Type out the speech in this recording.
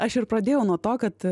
aš ir pradėjau nuo to kad